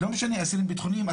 לא משנה אסירים ביטחוניים,